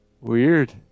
Weird